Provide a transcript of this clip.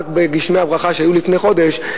בגשמי הברכה שהיו לפני חודש,